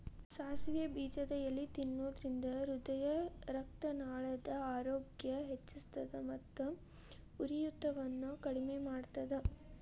ಸಾಸಿವೆ ಬೇಜದ ಎಲಿ ತಿನ್ನೋದ್ರಿಂದ ಹೃದಯರಕ್ತನಾಳದ ಆರೋಗ್ಯ ಹೆಚ್ಹಿಸ್ತದ ಮತ್ತ ಉರಿಯೂತವನ್ನು ಕಡಿಮಿ ಮಾಡ್ತೆತಿ